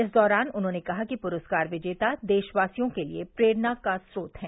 इस दौरान उन्होंने कहा कि पुरस्कार विजेता देशवासियों के लिए प्रेरणा का स्रोत हैं